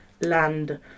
land